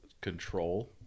control